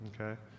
Okay